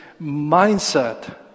mindset